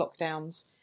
lockdowns